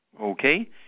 Okay